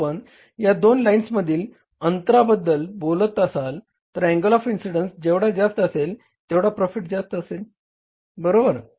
जर आपण या दोन लाइन्समधील अंतरांबद्दल बोलत असाल तर अँगल ऑफ इन्सिडेंन्स जेवढा जास्त असेल तेवढा प्रॉफीट जास्त असेल बरोबर